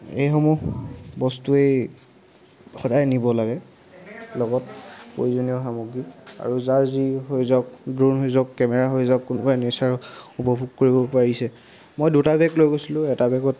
এইসমূহ বস্তুৱেই সদায় নিব লাগে লগত প্ৰয়োজনীয় সামগ্ৰী আৰু যাৰ যি হৈ যাওক দ্ৰোণ হৈ যাওক কেমেৰা হৈ যাওক কোনোবাই নেচাৰৰ ওপভোগ কৰিব পাৰিছে মই দুটা বেগ লৈ গৈছিলোঁ এটা বেগত